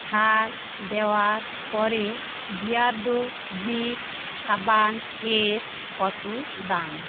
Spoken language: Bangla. ছাড় দেওয়ার পরে বিয়ার্ডো ব্রিক সাবানের কতো দাম